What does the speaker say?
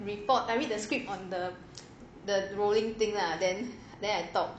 report I read the script on the the rolling thing lah then then I talk